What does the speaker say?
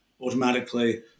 automatically